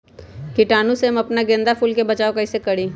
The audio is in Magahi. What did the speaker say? कीटाणु से हम अपना गेंदा फूल के बचाओ कई से करी?